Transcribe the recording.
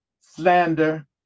slander